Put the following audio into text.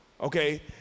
okay